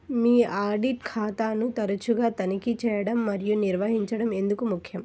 మీ audit ఖాతాను తరచుగా తనిఖీ చేయడం మరియు నిర్వహించడం ఎందుకు ముఖ్యం?